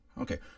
Okay